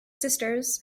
sisters